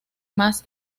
más